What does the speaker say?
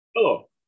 Hello